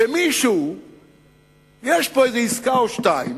שיש פה איזו עסקה או שתיים